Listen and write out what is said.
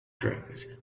strings